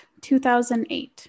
2008